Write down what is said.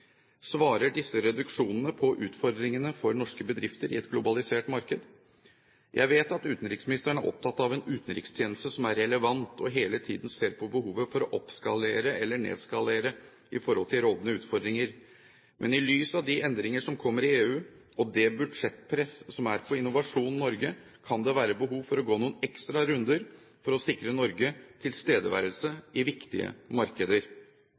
Svarer disse reduksjonene til utfordringene for norske bedrifter i et globalisert marked? Jeg vet at utenriksministeren er opptatt av en utenrikstjeneste som er relevant, og hele tiden ser på behovet for å oppskalere eller nedskalere i forhold til rådende utfordringer. Men i lys av de endringer som kommer i EU, og det budsjettpress som er på Innovasjon Norge, kan det være behov for å gå noen ekstra runder for å sikre Norge tilstedeværelse i viktige markeder.